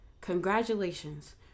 Congratulations